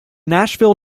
nashville